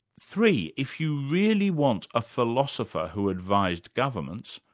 three. if you really want a philosopher who advised governments,